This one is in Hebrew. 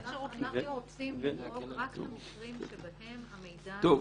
אנחנו רוצים רק את המקרים שבהם המידע הזה -- המיעוט.